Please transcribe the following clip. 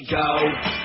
go